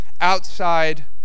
outside